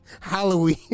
halloween